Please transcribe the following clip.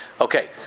Okay